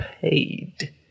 paid